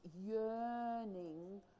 yearning